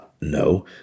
No